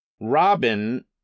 Robin